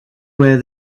where